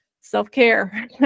self-care